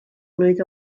mlwydd